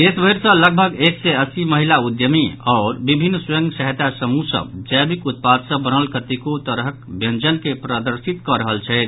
देश भरि सँ लगभग एक सय अस्सी महिला उद्यमी आओर विभिन्न स्वयं सहायता समूह सभ जैविक उत्पाद सँ बनल कतेको तरह व्यंजन के प्रदर्शित कऽ रहल छथि